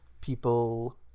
people